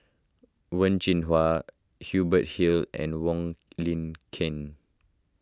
Wen Jinhua Hubert Hill and Wong Lin Ken